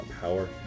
power